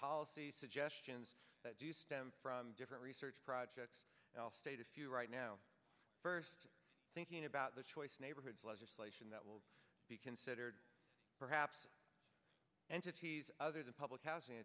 policies suggestions that do stem from different research projects i'll state a few right now first thinking about the choice neighborhoods legislation that will be considered perhaps entities other the public housing